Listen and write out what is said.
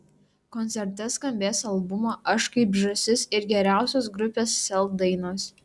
koncerte skambės albumo aš kaip žąsis ir geriausios grupės sel dainos